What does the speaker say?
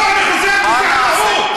לא, אני חוזר כי זו המהות.